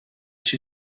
she